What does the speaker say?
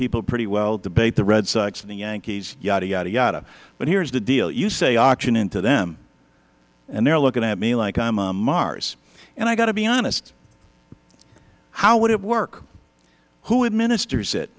people pretty well debate the red sox and the yankees yadda yadda yadda but here is the deal you say auctioning to them and they're looking at me like i am on mars and i've got to be honest how would it work who administers it